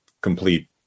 complete